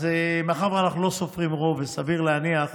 מאחר שאנחנו לא סופרים רוב, וסביר להניח